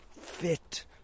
fit